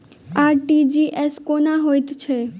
RTGS कोना होइत छै?